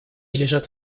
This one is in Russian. лежат